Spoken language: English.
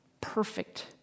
perfect